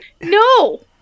No